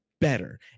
better